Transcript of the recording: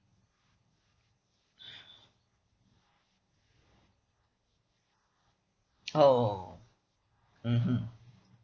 oh mmhmm